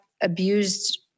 abused